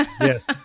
Yes